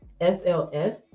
SLS